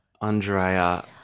Andrea